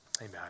Amen